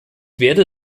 werde